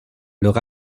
leur